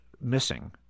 missing